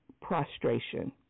Prostration